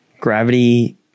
Gravity